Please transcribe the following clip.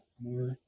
more